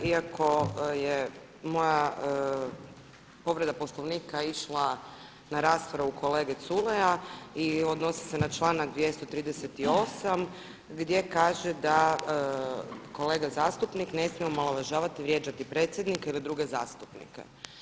Iako je moja povreda Poslovnika išla na raspravu kolege Culeja i odnosi se na članak 238. gdje kaže da kolega zastupnik ne smije omalovažavati i vrijeđati predsjednika ili druge zastupnike.